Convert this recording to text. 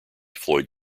floyd